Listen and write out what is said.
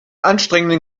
anstrengenden